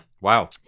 Wow